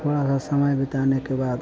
थोड़ा सा समय बिताने के बाद